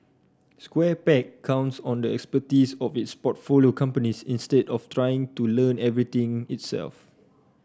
Square Peg counts on the expertise of its portfolio companies instead of trying to learn everything itself